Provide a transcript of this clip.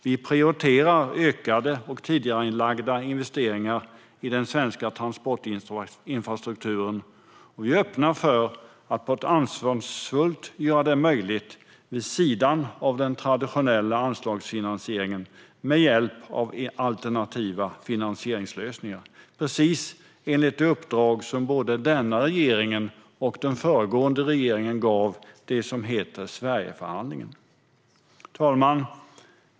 Vi prioriterar ökade och tidigarelagda investeringar i den svenska transportinfrastrukturen, och vi är öppna för att på ett ansvarsfullt sätt göra det möjligt med hjälp av alternativa finansieringslösningar, vid sidan av den traditionella anslagsfinansieringen, precis enligt det uppdrag som både denna regering och den föregående regeringen gav, det vill säga Sverigeförhandlingen. Herr talman!